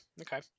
Okay